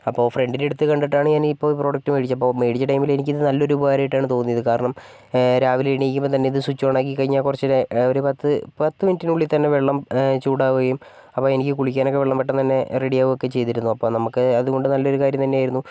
അപ്പോൾ ഫ്രണ്ടിൻ്റെ അടുത്ത് കണ്ടിട്ടാണ് ഞാനിപ്പോൾ ഈ പ്രോഡക്റ്റ് മേടിച്ചത് അപ്പോൾ മേടിച്ച ടൈമില് ഇത് നല്ല ഒരു ഉപകാരമായിട്ടാണ് തോന്നിയത് കാരണം രാവിലെ എണീക്കുമ്പോൾ തന്നെ ഇത് സ്വിച്ച് ഓൺ ആക്കിക്കഴിഞ്ഞാൽ കുറച്ച് ഒരു ഒരു പത്ത് പത്ത് മിനിറ്റിനുള്ളിൽ തന്നെ വെള്ളം ചൂടാവുകയും അപ്പം എനിക്ക് കുളിക്കാനൊക്കെ വെള്ളം പെട്ടെന്ന് തന്നെ റെഡി ആവുവൊക്കെ ചെയ്തിരുന്നു അപ്പം നമുക്ക് അതുകൊണ്ട് നല്ലൊരു കാര്യം തന്നെ ആയിരുന്നു